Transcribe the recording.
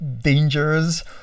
dangers